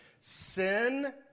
Sin